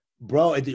bro